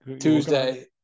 Tuesday